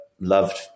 loved